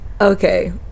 Okay